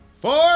Four